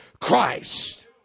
Christ